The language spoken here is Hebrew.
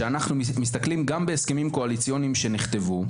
שכולנו שילמנו עבורם מכיסנו כשהם נפלו,